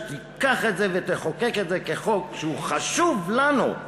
שתיקח את זה ותחוקק את זה כחוק שחשוב לנו,